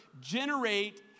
generate